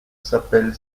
s’appelle